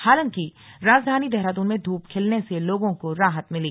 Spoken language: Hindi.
हालांकि राजधानी देहरादून में धूप खिलने से लोगों को राहत मिली